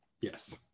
Yes